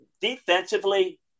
defensively